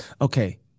Okay